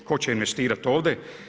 Tko će investirati ovdje?